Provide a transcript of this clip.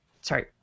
Sorry